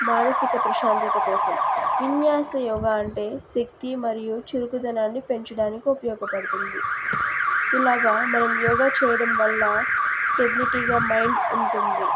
మానసిక ప్రశాంతత కోసం విన్యాస యోగా అంటే శక్తి మరియు చురుకుదనాన్ని పెంచడానికి ఉపయోగపడుతుంది ఇలాగా మనం యోగా చేయడం వల్ల స్టెబిలిటీగా మైండ్ ఉంటుంది